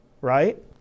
right